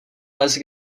les